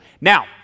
Now